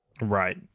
right